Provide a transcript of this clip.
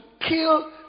kill